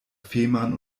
fehmarn